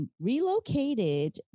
relocated